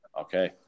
Okay